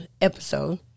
episode